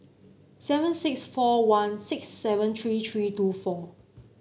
seven six four one six seven three three two four